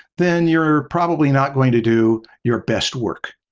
then you're probably not going to do your best work.